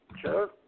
Sure